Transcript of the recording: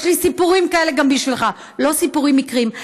יש לי סיפורים כאלה גם בשבילך, לא סיפורים מקריים.